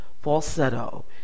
Falsetto